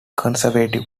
conservative